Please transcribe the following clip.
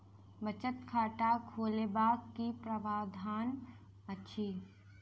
बचत खाता खोलेबाक की प्रावधान अछि?